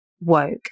woke